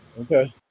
Okay